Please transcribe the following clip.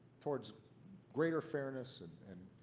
towards greater fairness and and